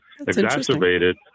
exacerbated